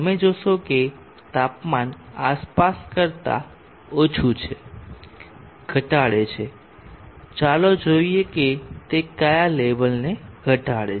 તમે જોશો કે તાપમાન આસપાસના કરતા ઓછું છે ઘટાડે છે ચાલો જોઈએ કે તે કયા લેવલને ઘટાડે છે